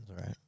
right